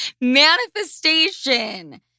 Manifestation